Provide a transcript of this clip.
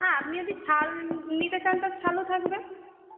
হ্যাঁ আপনি যদি ছাল নিতে চান তা ছালও থাকবে